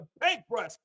paintbrush